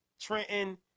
Trenton